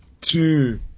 two